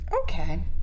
Okay